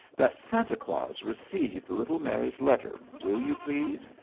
that santa claus received little mary's letter, will you, please?